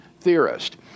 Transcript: theorist